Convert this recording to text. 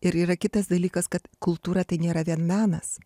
ir yra kitas dalykas kad kultūra tai nėra vien menas